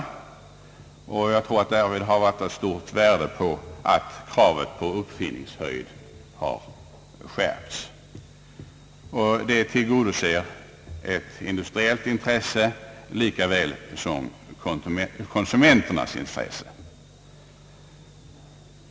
Därvid har det nog varit av stort värde att kravet på uppfinningshöjd har skärpts. Att så skett tillgodoser ett industriellt intresse lika väl som konsumenternas intresse.